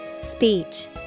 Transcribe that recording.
Speech